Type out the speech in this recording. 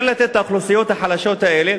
כן לתת לאוכלוסיות החלשות האלה,